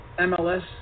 MLS